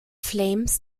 flames